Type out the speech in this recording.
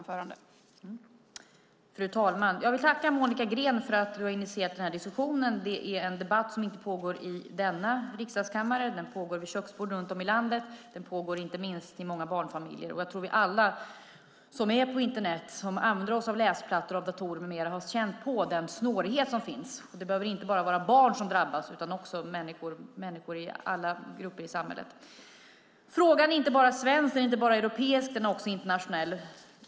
Fru talman! Jag vill tacka Monica Green för att hon initierat den här diskussionen. Det är en debatt som inte bara pågår i denna riksdagskammare utan också vid köksborden runt om i landet och inte minst i många barnfamiljer. Jag tror att vi alla som är på Internet och använder oss av läsplattor, datorer med mera har känt på den snårighet som finns. Det behöver inte bara vara barn som drabbas, utan det är människor i alla grupper i samhället. Frågan är inte bara svensk eller bara europeisk, utan internationell.